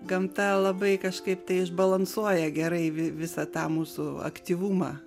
gamta labai kažkaip tai išbalansuoja gerai vi visą tą mūsų aktyvumą